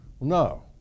No